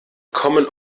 kommen